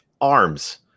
arms